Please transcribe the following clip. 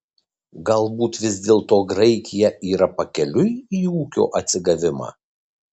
galbūt vis dėlto graikija yra pakeliui į ūkio atsigavimą